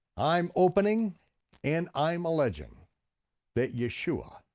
i'm opening and i'm alleging that yeshua